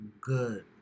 good